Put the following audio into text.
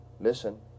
listen